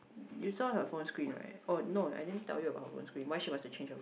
you saw her phone screen right oh no I didn't tell you about her phone screen why she wants to change her phone